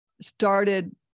started